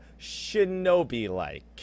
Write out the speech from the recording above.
shinobi-like